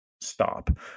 Stop